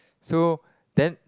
so then